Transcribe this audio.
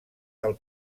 del